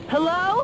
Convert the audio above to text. Hello